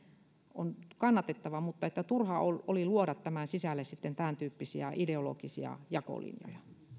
on kannatettava mutta turha oli luoda tämän sisälle sitten tämäntyyppisiä ideologisia jakolinjoja